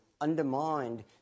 undermined